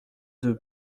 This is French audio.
deux